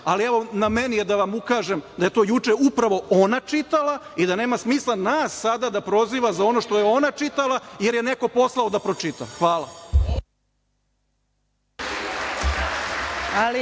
ali, evo, na meni je da vam ukažem da je to juče upravo ona čitala i da nema smisla nas sada da proziva za ono što je ona čitala, jer je neko poslao da pročita. Hvala. Ne